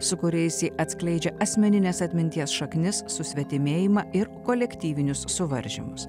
su kuriais atskleidžia asmenines atminties šaknis susvetimėjimą ir kolektyvinius suvaržymus